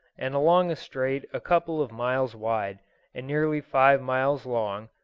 and along a strait a couple of miles wide and nearly five miles long,